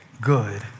good